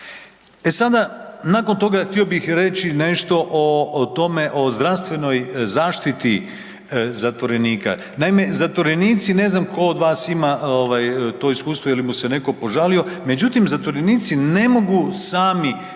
E sada nakon toga htio bih reći nešto o, o tome o zdravstvenoj zaštiti zatvorenika. Naime, zatvorenici, ne znam tko od vas ima ovaj to iskustvo ili mu se neko požalio, međutim zatvorenici ne mogu sami